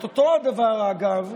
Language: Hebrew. את אותו דבר, אגב,